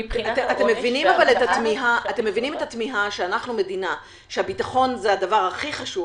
אתם מבינים את התמיהה שאנחנו מדינה שהביטחון זה הדבר הכי חשוב,